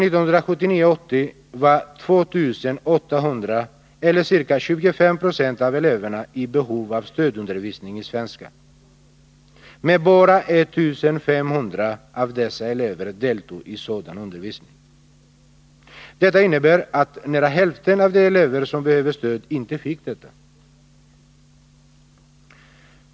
Läsåret 1979/80 var 2 800 eller ca 25 96 av eleverna i behov av stödunadervisning i svenska, men bara 101 1500 av dessa elever deltog i sådan undervisning. Detta innebär att nära hälften av de elever som behövde stöd inte fick detta.